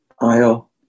aisle